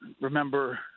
remember